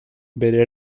bere